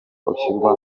ushyirwa